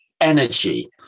energy